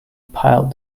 pile